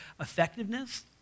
effectiveness